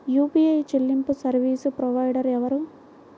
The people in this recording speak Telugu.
యూ.పీ.ఐ చెల్లింపు సర్వీసు ప్రొవైడర్ ఎవరు?